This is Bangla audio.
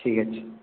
ঠিক আছে